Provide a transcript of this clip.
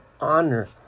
honor